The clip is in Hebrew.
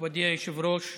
מכובדי היושב-ראש,